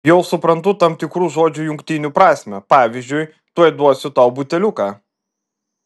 jau supranta tam tikrų žodžių jungtinių prasmę pavyzdžiui tuoj duosiu tau buteliuką